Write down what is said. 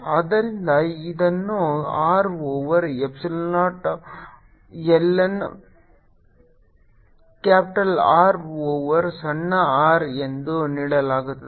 ಆದ್ದರಿಂದ ಇದನ್ನು R over epsilon naught l n capital R over ಸಣ್ಣ r ಎಂದು ನೀಡುತ್ತದೆ